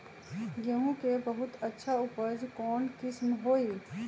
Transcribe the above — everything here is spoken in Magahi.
गेंहू के बहुत अच्छा उपज कौन किस्म होई?